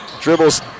dribbles